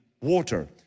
water